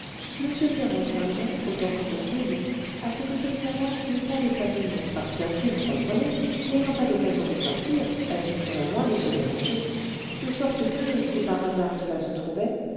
m ferrand tiendrait autant que possible à ce que cette servante n'eût pas de famille parce qu'ainsi vous comprenez n'ayant pas d'occasion de sortir elle risquerait moins de se déranger de sorte que si par hasard cela se trouvait